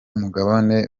mugabane